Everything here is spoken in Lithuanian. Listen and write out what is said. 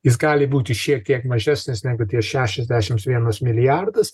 jis gali būti šiek tiek mažesnis negu tie šešiasdešims vienas milijardas